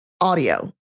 audio